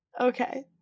Okay